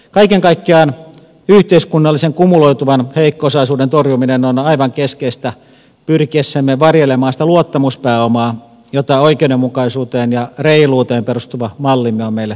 kaiken kaikkiaan yhteiskunnallisen kumuloituvan heikko osaisuuden torjuminen on aivan keskeistä pyrkiessämme varjelemaan sitä luottamuspääomaa jota oikeudenmukaisuuteen ja reiluuteen perustuva mallimme on meille tuottanut